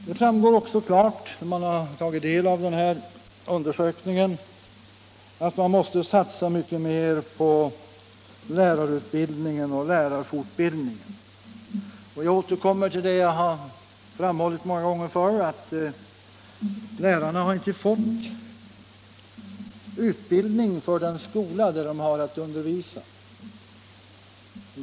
Det framgår också klart när man tagit del av den här undersökningen att man måste satsa mycket mer på lärarutbildning och lärarfortbildning. Jag återkommer till det jag framhållit många gånger förr, nämligen att lärarna inte fått utbildning för den skola där de har att undervisa.